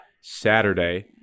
Saturday